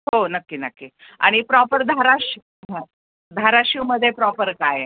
हो नक्की नक्की आणि प्रॉपर धाराश हा धाराशिवमध्ये प्रॉपर काय आहे